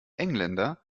engländer